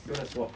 you want to swap